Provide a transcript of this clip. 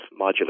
modular